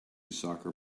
soccer